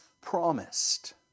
promised